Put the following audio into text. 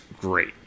great